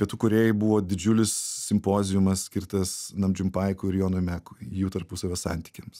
pietų korėjoj buvo didžiulis simpoziumas skirtas nam džum pai kūrė jonui mekui jų tarpusavio santykiams